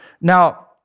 Now